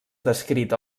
descrit